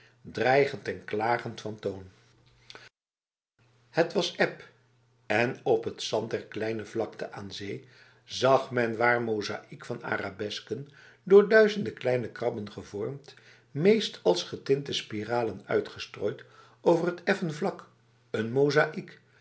dreigend en klagend van toon het was eb en op het zand der kleine vlakte aan zee zag men een waar mozaïek van arabesken door duizenden kleine krabben gevormd meest als getinte spiralen uitgestrooid over het effen vlak een mozaïek